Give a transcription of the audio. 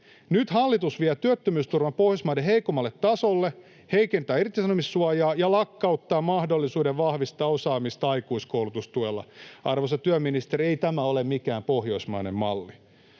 Nyt hallitus vie työttömyysturvan Pohjoismaiden heikoimmalle tasolle, heikentää irtisanomissuojaa ja lakkauttaa mahdollisuuden vahvistaa osaamista aikuiskoulutustuella. Arvoisa työministeri, ei tämä ole mikään pohjoismainen malli.